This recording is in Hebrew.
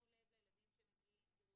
תשימו לב לילדים שמגיעים,